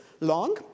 long